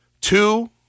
two